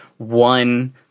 One